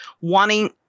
wanting